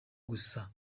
gusa